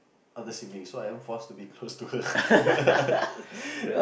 of the siblings so I am forced to be close to her